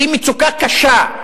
שהיא מצוקה קשה.